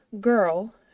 girl